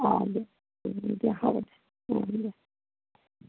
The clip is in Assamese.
অ' দিয়া হ'ব দিয়া অ' দিয়া